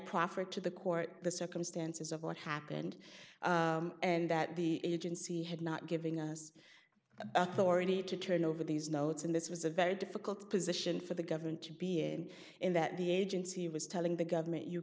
proffer to the court the circumstances of what happened and that the agency had not giving us already to turn over these notes and this was a very difficult position for the government to be in and that the agency was telling the government you